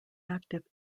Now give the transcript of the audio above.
active